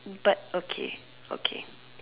but okay okay